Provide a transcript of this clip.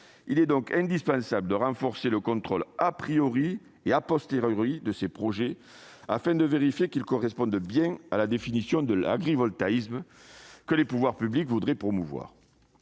Il est donc indispensable de renforcer le contrôle et de ces projets afin de vérifier qu'ils correspondent bien à la définition de l'agrivoltaïsme que les pouvoirs publics voudraient promouvoir.